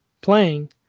playing